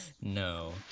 No